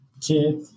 kid